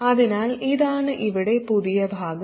അതിനാൽ ഇതാണ് ഇവിടെ പുതിയ ഭാഗം